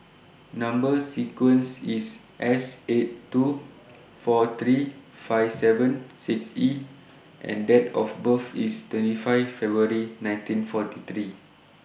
Number sequence IS S eight two four three five seven six E and Date of birth IS twenty five February nineteen forty three